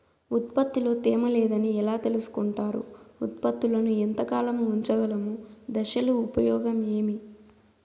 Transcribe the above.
ఉత్పత్తి లో తేమ లేదని ఎలా తెలుసుకొంటారు ఉత్పత్తులను ఎంత కాలము ఉంచగలము దశలు ఉపయోగం ఏమి?